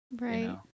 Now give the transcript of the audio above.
right